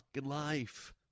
life